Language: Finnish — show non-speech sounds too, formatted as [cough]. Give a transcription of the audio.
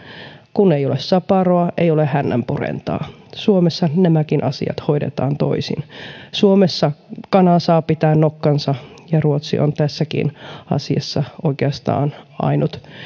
kun ei ole saparoa ei ole hännänpurentaa suomessa nämäkin asiat hoidetaan toisin [unintelligible] [unintelligible] [unintelligible] [unintelligible] [unintelligible] suomessa kana saa pitää nokkansa [unintelligible] ja ruotsi on tässäkin asiassa oikeastaan ainut